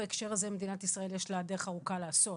בהקשר הזה למדינת ישראל יש דרך ארוכה לעשות,